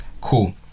Cool